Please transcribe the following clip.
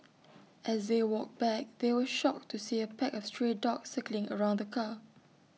as they walked back they were shocked to see A pack of stray dogs circling around the car